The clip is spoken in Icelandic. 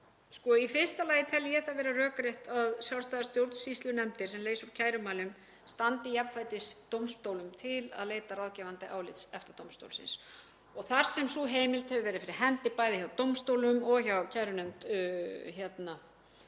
Í fyrsta lagi tel ég það vera rökrétt að sjálfstæðar stjórnsýslunefndir sem leysa úr kærumálum standi jafnfætis dómstólum til að leita ráðgefandi álits EFTA-dómstólsins. Þar sem sú heimild hefur verið fyrir hendi, bæði hjá dómstólum og hjá kærunefnd